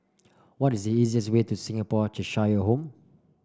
what is the easiest way to Singapore Cheshire Home